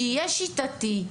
שיהיה שיטתי,